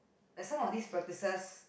the some of this practises